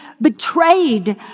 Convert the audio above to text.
betrayed